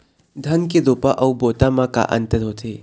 धन के रोपा अऊ बोता म का अंतर होथे?